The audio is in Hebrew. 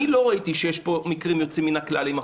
אני לא ראיתי שיש פה מקרים יוצאים מן הכלל עם החוקים האלה.